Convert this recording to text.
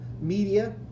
media